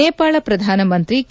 ನೇಪಾಳ ಪ್ರಧಾನ ಮಂತ್ರಿ ಕೆ